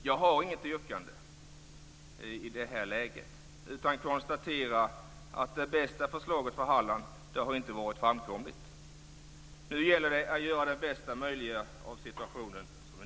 Jag har inget yrkande i det här läget utan konstaterar att det bästa förslaget för Halland inte varit framkomligt. Nu gäller det att göra det bästa möjliga av situationen.